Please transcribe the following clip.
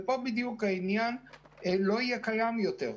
לא יהיה קיים יותר,